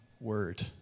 word